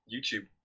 YouTube